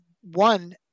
one